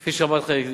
כפי שאמרתי לך,